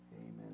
Amen